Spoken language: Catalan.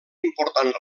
important